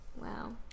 Wow